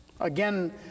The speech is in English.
Again